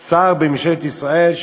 שר בממשלת ישראל,